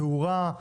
תאורה,